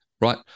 right